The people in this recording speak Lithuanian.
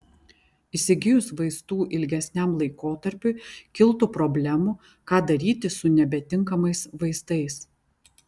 įsigijus vaistų ilgesniam laikotarpiui kiltų problemų ką daryti su nebetinkamais vaistais